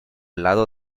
lado